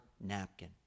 napkin